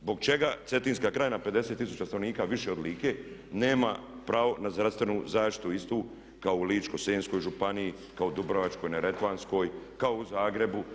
Zbog čega Cetinska krajina 50 tisuća stanovnika više od Like nema pravo na zdravstvenu zaštitu istu kao u Ličko-senjskoj županiji, kao u Dubrovačkoj, Neretvanskoj, kao u Zagrebu?